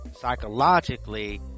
psychologically